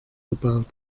gebaut